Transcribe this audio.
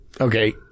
Okay